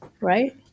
right